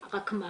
רק מה?